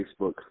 Facebook